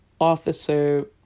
officer